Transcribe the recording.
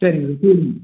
சரிங்க சார்